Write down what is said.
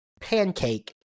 pancake